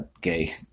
gay